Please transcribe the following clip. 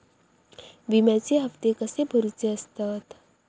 विम्याचे हप्ते कसे भरुचे असतत?